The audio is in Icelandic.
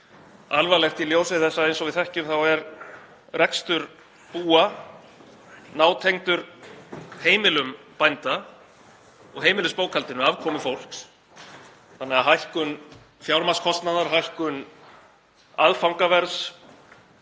alvarlegt í ljósi þess að eins og við þekkjum er rekstur búa nátengdur heimilum bænda og heimilisbókhaldinu, afkomu fólks, þannig að hækkun fjármagnskostnaðar og hækkun aðfangaverðs